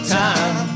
time